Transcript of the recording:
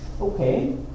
Okay